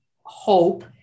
hope